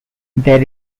there